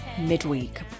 midweek